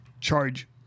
charge